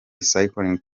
cycling